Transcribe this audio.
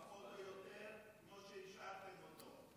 פחות או יותר כמה שהשארתם אותו.